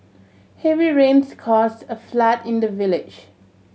heavy rains caused a flood in the village